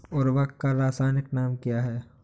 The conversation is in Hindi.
उर्वरक का रासायनिक नाम क्या है?